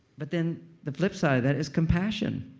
but then the flip side of that is compassion.